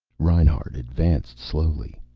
reinhart advanced slowly.